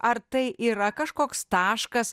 ar tai yra kažkoks taškas